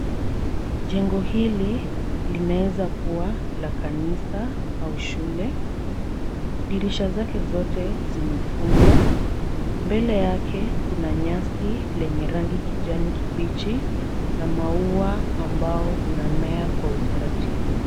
Jengo hili linaweza kuwa la kanisa au shule. Dirisha zake zote zimefungwa. Mbele yake kuna nyasi lenye rangi kijani kibichi na maua ambao unamea kwa utaratibu.